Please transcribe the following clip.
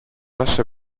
όσο